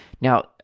now